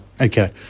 okay